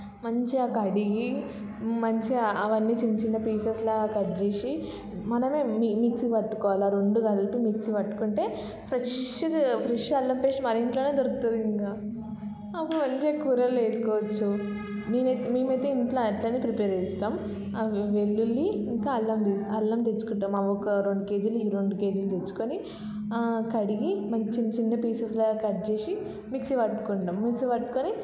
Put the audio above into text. మంచిగా కడిగి మంచిగా అవన్నీ చిన్న చిన్న పీసెస్లాగ కట్ చేసి మనమే మి మిక్సీ పట్టుకోవాలి ఆ రెండు కలిపి మిక్సీ పట్టుకుంటే ఫ్రెష్గా ఫ్రెష్ అల్లం పేస్ట్ మన ఇంట్లో దొరుకుతుంది ఇంకా అప్పుడు మంచిగా కూరల్లో వేసుకోవచ్చు నేను అయితే మేము అయితే ఇంట్లో అట్లనే ప్రిపేర్ చేస్తాం ఆ వెల్లుల్లి ఇంకా అల్లంది ల్లం తెచ్చుకుంటాం అవి ఒక రెండు కేజీలు ఈ ఒక రెండు కేజీలు తెచ్చుకొని కడిగి చిన్నచిన్న పీసెస్లాగ కట్ చేసి మిక్సీ పట్టుకుంటాం మిక్సీ పట్టుకొని